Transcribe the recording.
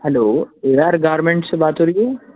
hello A R garment سے بات ہو رہی ہے